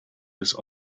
des